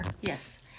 Yes